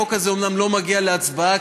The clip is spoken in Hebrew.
החוק הזה אומנם לא מגיע להצבעה,